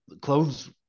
clones